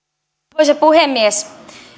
arvoisa puhemies